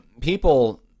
people